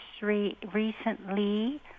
recently